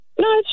No